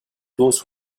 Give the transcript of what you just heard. those